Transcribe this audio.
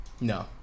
No